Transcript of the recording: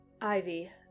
Ivy